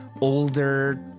older